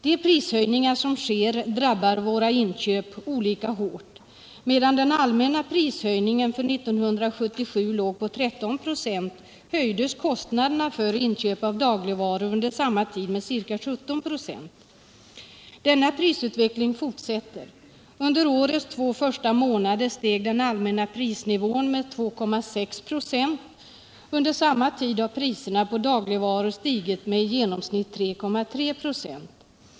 De prishöjningar som sker drabbar våra inköp olika hårt. Medan den allmänna prishöjningen för 1977 låg på 13 96, höjdes kostnaderna för inköp av dagligvaror under samma tid med ca 17 X. Denna prisutveckling fortsätter. Under årets två första månader steg den allmänna prisnivån med 2,6 96. Under samma tid har priserna på dagligvaror stigit med i genomsnitt 3,3 96.